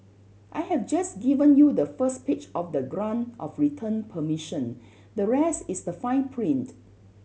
I have just given you the first page of the grant of return permission the rest is the fine print